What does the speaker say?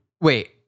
Wait